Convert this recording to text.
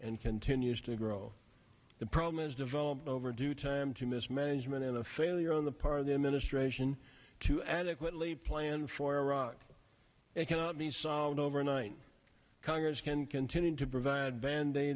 and continues to grow the problem is developed over due time to mismanagement and a failure on the part of the administration to adequately plan for iraq it cannot be solved overnight congress can continue to provide band